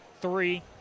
three